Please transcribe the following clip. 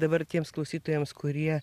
dabar tiems klausytojams kurie